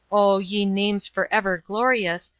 oh, ye names forever glorious,